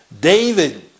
david